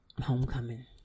homecoming